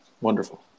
Wonderful